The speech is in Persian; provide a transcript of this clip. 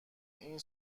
این